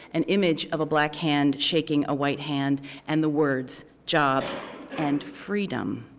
an image of a black hand shaking a white hand and the words jobs and freedom